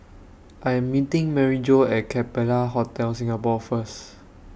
I Am meeting Maryjo At Capella Hotel Singapore First